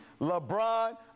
LeBron